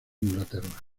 inglaterra